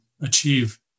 achieve